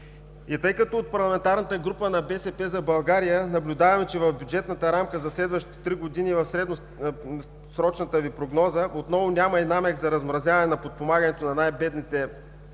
И тъй като от парламентарната група на „БСП за България“ наблюдаваме, че в бюджетната рамка за следващите четири години в средносрочната Ви прогноза отново няма и намек за размразяване на подпомагането на най-бедните слоеве